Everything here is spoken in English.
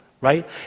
right